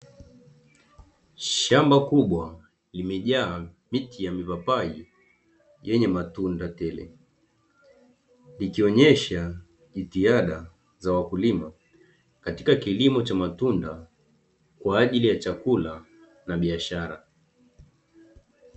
Shamba kubwa limejaa miti ya mipapai yenye matunda tele ikionyesha jitihada za wakulima katika kilimo cha matunda kwa ajili ya chakula na biashara.